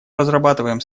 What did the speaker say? разрабатываем